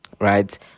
right